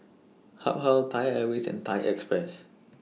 Habhal Thai Airways and Thai Express